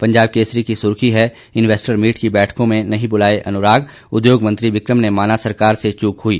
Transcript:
पंजाब केसरी की सुर्खी है इन्वैस्टर मीट की बैठकों में नहीं बुलाए अनुराग उद्योग मंत्री विकम ने माना सरकार से चूक हुई